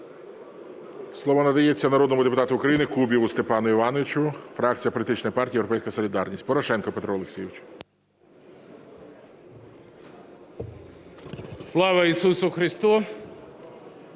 Слава Ісусу Христу!